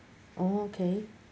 oh okay